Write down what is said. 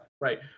right